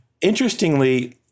Interestingly